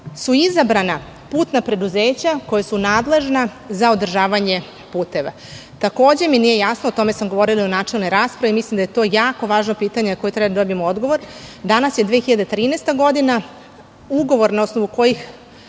su izabrana putna preduzeća koja su nadležna za održavanje puteva? Takođe, nije mi jasno, o tome sam govorila u načelnoj raspravi, mislim da je to jako važno pitanje na koje treba da dobijemo odgovor. Danas je 2013. godina, ugovor na osnovu kojih